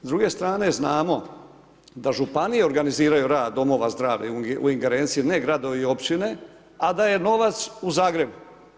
S druge strane znamo da županije organiziraju rad domova zdravlja u ingerenciji ne gradovi i općine a da je novac u Zagrebu.